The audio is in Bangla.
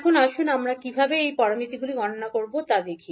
এখন আসুন আমরা কীভাবে এই প্যারামিটারগুলি গণনা করব তা দেখি